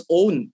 own